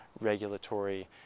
regulatory